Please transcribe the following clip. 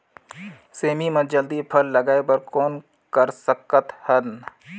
सेमी म जल्दी फल लगाय बर कौन कर सकत हन?